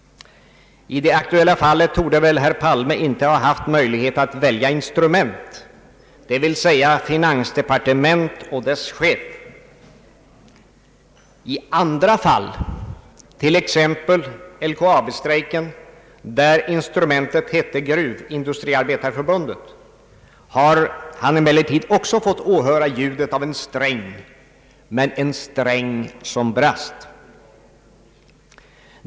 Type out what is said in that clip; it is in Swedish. I det aktuella fallet torde herr Palme inte ha haft möjlighet att välja instrument, d.v.s. finansdepartement och dess chef. I andra fall, t.ex. när det gäller LKAB-strejken, där instrumentet hette Gruvindustriarbetareförbundet, har han emellertid också fått lyss till en sträng, men en sträng som brast.